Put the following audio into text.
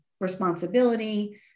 responsibility